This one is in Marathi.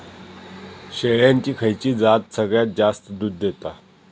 शेळ्यांची खयची जात सगळ्यात जास्त दूध देता?